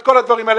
את כל הדברים האלה.